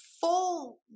Full